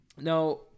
Now